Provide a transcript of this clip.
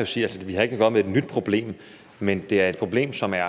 og sige, at vi ikke har at gøre med et nyt problem, men at det er et problem, som er